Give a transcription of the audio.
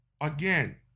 again